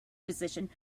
position